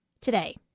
Today